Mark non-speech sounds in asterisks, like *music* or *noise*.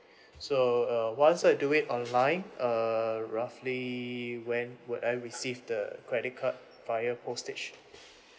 *breath* so uh once I do it online err roughly when would I receive the credit card via postage